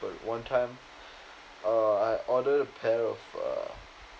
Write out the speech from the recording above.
but one time uh I ordered a pair of err